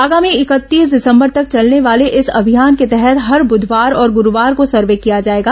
आगामी इकतीस दिसंबर तक चलने वाले इस अभियान के तहत हर बुधवार और गुरूवार को सर्वे किया जाएगा